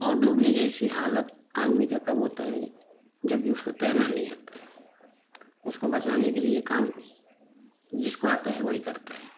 और डूबने जैसी हालत आदमी का कब होता है जब उसको तैरना नही आता है उसको बचाने के लिए काम जिसको आता है वही करता है